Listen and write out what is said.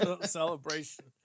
celebration